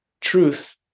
Truth